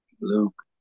Luke